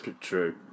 true